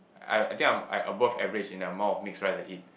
I I think I'm I above average in the amount of mixed rice I eat